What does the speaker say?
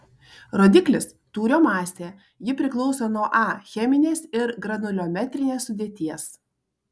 rodiklis tūrio masė ji priklauso nuo a cheminės ir granuliometrinės sudėties